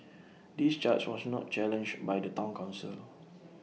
this charge was not challenged by the Town Council